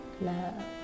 love